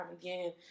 again